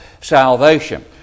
salvation